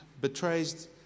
betrays